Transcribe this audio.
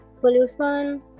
pollution